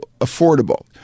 affordable